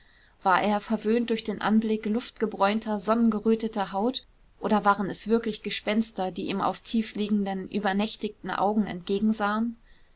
war er verwöhnt durch den anblick luftgebräunter sonnengeröteter haut oder waren es wirklich gespenster die ihm aus tiefliegenden übernächtigen augen